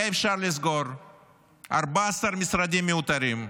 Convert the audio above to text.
היה אפשר לסגור 14 משרדים מיותרים,